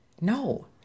No